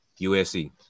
USC